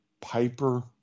Piper